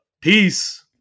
Peace